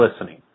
listening